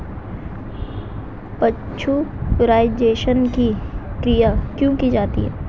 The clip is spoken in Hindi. पाश्चुराइजेशन की क्रिया क्यों की जाती है?